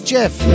Jeff